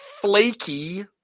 flaky